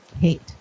hate